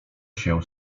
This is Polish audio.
się